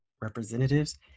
representatives